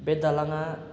बे दालाङा